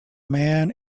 man